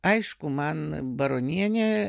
aišku man baronienė